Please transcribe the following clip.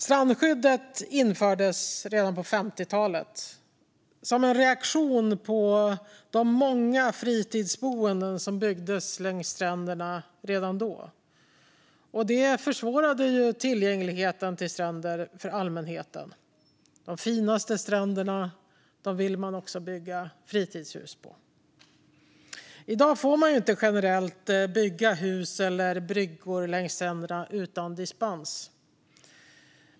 Strandskyddet infördes redan på 50-talet som en reaktion på de många fritidsboenden som byggdes längs stränderna redan då, något som försvårade tillgängligheten till stränder för allmänheten. De finaste stränderna vill man också bygga fritidshus på. I dag får man generellt inte bygga hus eller bryggor längs stränderna utan dispens.